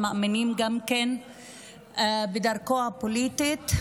מאמינים גם כן בדרכו הפוליטית,